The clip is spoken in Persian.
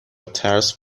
ترس